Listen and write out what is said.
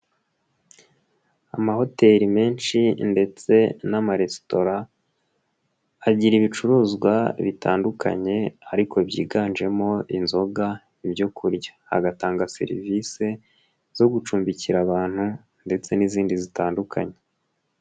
Amahoteli menshi ndetse n'amaresitora, agira ibicuruzwa bitandukanye ariko byiganjemo inzoga, ibyo kurya. Agatanga serivisi zo gucumbikira abantu ndetse n'izindi zitandukanye.